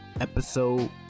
episode